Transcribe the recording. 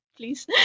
please